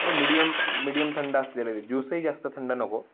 आणि medium medium थंड असलेले ज्यूसही जास्त थंड नको